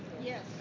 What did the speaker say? Yes